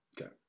Okay